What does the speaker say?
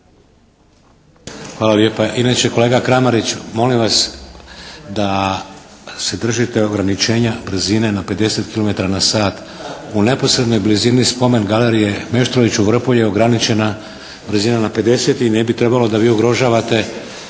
Hvala lijepa. Inače kolega Kramarić molim vas da se držite ograničenja brzine na 50 km/h. U neposrednoj blizini spomen galerije Meštroviću Vrpolje je ograničena brzina na 50 i ne bi trebalo da vi ugrožavate